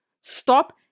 stop